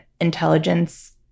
intelligence